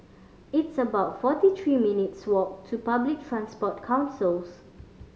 it's about forty three minutes' walk to Public Transport Councils